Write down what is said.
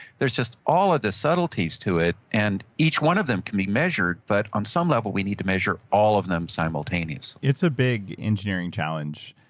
there's just all of the subtleties to it and each one of them can be measured, but on some level we need to measure all of them simultaneously it's a big engineering challenge,